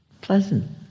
Pleasant